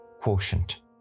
quotient